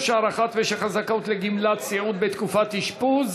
הודעת הוועדה נתקבלה.